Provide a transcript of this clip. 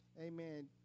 Amen